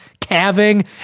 calving